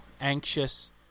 anxious